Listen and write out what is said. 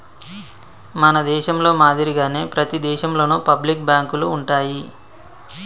మన దేశంలో మాదిరిగానే ప్రతి దేశంలోను పబ్లిక్ బాంకులు ఉంటాయి